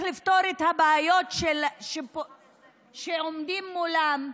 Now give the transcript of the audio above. איך לפתור את הבעיות שהם עומדים מולן,